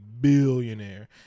billionaire